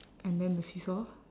and then the seesaw